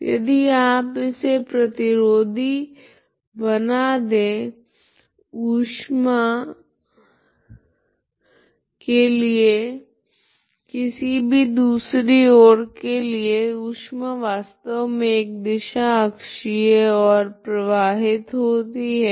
तो यदि आप इसे प्रतिरोधी बना दे ऊष्मा के लिए किसी भी दूसरी ओर के लिए ऊष्मा वास्तव मे एक दिशा अक्षीय ओर प्रवाहित होती है